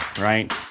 right